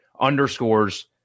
underscores